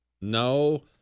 No